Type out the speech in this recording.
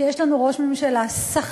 שיש לנו ראש ממשלה סחיט,